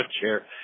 chair